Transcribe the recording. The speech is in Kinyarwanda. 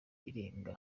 irenga